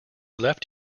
left